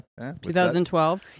2012